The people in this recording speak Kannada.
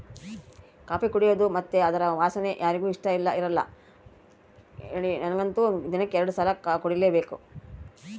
ಕಾಫಿ ಕುಡೇದು ಮತ್ತೆ ಅದರ ವಾಸನೆ ಯಾರಿಗೆ ಇಷ್ಟಇರಲ್ಲ ಹೇಳಿ ನನಗಂತೂ ದಿನಕ್ಕ ಎರಡು ಸಲ ಕುಡಿಲೇಬೇಕು